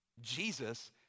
Jesus